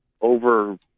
over